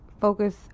focus